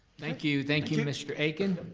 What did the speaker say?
thank you, thank you mr. akin.